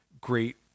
great